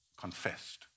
confessed